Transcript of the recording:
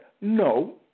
no